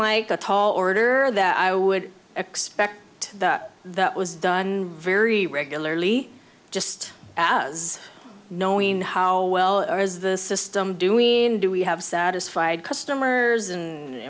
like a tall order or that i would expect that that was done very regularly just as knowing how well as the system do we do we have satisfied customers and